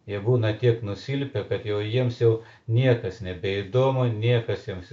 jie būna tiek nusilpę kad jau jiems jau niekas nebeįdomu niekas jiems